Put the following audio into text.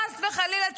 חס וחלילה,